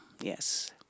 yes